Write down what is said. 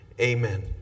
amen